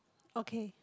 okay